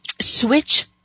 switch